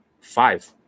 Five